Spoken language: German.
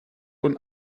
und